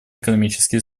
экономические